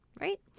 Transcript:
Right